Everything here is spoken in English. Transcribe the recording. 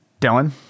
dylan